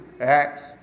Acts